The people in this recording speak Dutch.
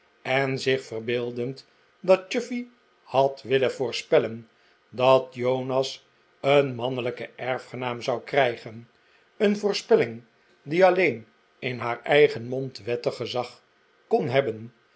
en zich verbeeldend dat chuffey had willen voorspellen dat jonas een mannelijken erfgenaam zou krijgen een vobrspelling die alleen in haar eigen mond wettig gezag kon hebben